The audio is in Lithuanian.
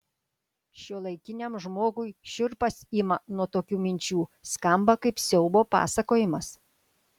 šiuolaikiniam žmogui šiurpas ima nuo tokių minčių skamba kaip siaubo pasakojimas